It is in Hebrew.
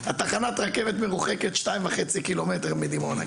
תחנת הרכבת מרוחקת 2.5 קילומטר מדימונה,